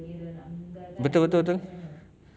betul betul betul